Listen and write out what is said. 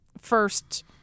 first